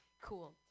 Cool